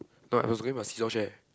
not I was going my seesaw chair